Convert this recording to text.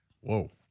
Whoa